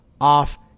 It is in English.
Off